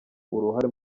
uruhare